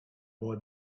boy